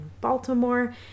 Baltimore